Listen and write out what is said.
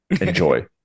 enjoy